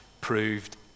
proved